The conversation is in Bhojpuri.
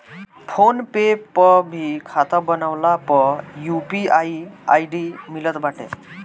फ़ोन पे पअ भी खाता बनवला पअ यू.पी.आई आई.डी मिलत बाटे